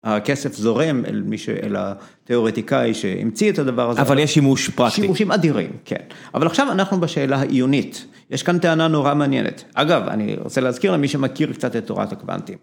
הכסף זורם אל התיאורטיקאי שהמציא את הדבר הזה. אבל יש שימוש פרקטי. שימושים אדירים, כן. אבל עכשיו אנחנו בשאלה העיונית. יש כאן טענה נורא מעניינת. אגב, אני רוצה להזכיר למי שמכיר קצת את תורת הקוונטים.